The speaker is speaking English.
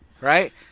right